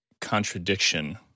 contradiction